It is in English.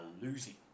losing